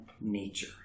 nature